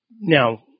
now